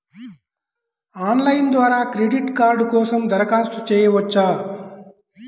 Online ద్వారా credit card కోసం దరఖాస్తు చేయవచ్చా?